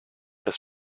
des